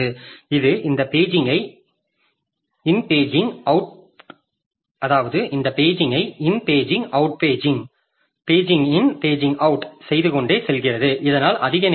இது இந்த பேஜிங்கைச் இன் பேஜிங் அவுட் செய்து கொண்டே செல்கிறது இதனால் அதிக நேரம் எடுக்கும்